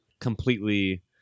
completely